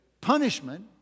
punishment